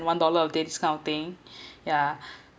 one dollar of this kind of thing ya